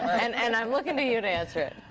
and and i'm looking to you to answer it.